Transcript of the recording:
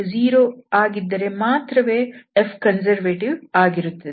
F0 ಆಗಿದ್ದರೆ ಮಾತ್ರವೇ F conservative ಆಗಿರುತ್ತದೆ